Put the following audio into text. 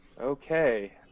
Okay